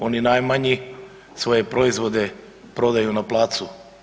Oni najmanji svoje proizvode prodaju na placu.